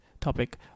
topic